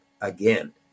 again